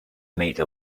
made